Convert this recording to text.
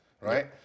right